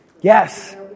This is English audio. Yes